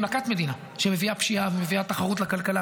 והיא מכת מדינה שמביאה פשיעה ומביאה תחרות לכלכלה,